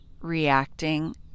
reacting